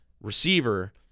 receiver